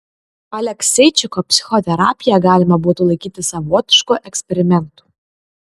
alekseičiko psichoterapiją galima būtų laikyti savotišku eksperimentu